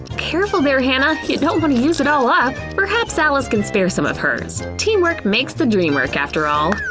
careful there, hannah! you don't want to use it all up! perhaps alice can spare some of hers. teamwork makes the dream work, after all!